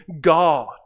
God